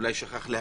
שאולי שכח להפקיד,